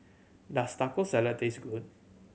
does Taco Salad taste good